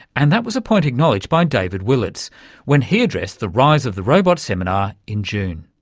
and that was a point acknowledged by david willetts when he addressed the rise of the robots seminar in june.